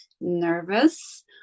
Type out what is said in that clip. nervous